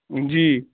جی